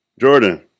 jordan